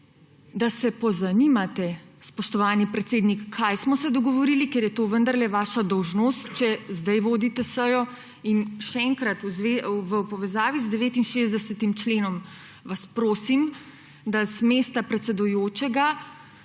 da se pozanimate, spoštovani podpredsednik, kaj smo se dogovorili, ker je to vendarle vaša dolžnost, če sedaj vodite sejo. Še enkrat, v povezavi z 69. členom vas prosim, da z mesta predsedujočega